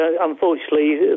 unfortunately